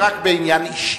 צינון זה רק בעניין אישי,